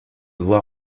voir